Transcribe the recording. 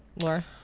Laura